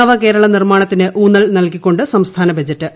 നവകേരള നിർമാണത്തിന് ഊന്നൽ നൽകിക്കൊണ്ട് സംസ്ഥാന ബജറ്റ്